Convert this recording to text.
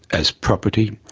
as property,